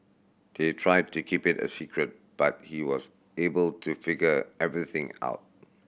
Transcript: they tried to keep it a secret but he was able to figure everything out